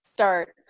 starts